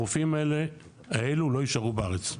הרופאים האלו לא יישארו בארץ.